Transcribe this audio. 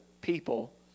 people